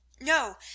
No